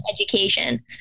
education